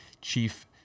chief